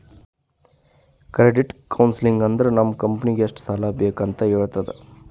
credit counselling ಅಂದುರ್ ನಮ್ ಕಂಪನಿಗ್ ಎಷ್ಟ ಸಾಲಾ ಬೇಕ್ ಅಂತ್ ಹೇಳ್ತುದ